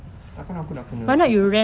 tak kan aku nak kena